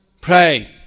pray